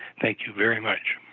thank you very much.